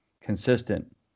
consistent